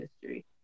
history